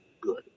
good